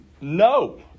No